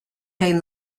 came